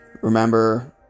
remember